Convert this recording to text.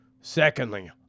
secondly